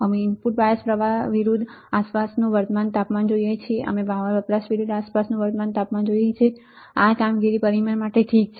અમે input bias પ્રવાહ વિરુદ્ધ આસપાસનુ વર્તમાન તાપમાન જોઈએ છીએ અમે પાવર વપરાશ વિરુદ્ધ આસપાસનુ વર્તમાન તાપમાન જોઈએ છીએઆ કામગીરી પરિમાણ માટે ઠીક છે